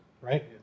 right